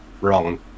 wrong